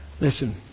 Listen